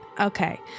okay